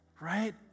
Right